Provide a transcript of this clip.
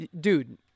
Dude